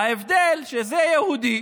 ההבדל, שזה יהודי